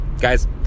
guys